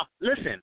listen